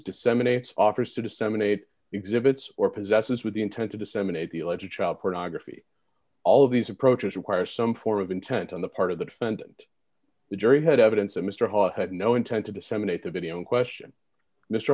disseminates offers to disseminate exhibits or possesses with the intent to disseminate the alleged child pornography all of these approaches require some form of intent on the part of the defendant the jury had evidence that mr hall had no intent to disseminate the video in question mr